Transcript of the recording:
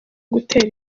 gutera